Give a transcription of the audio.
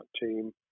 team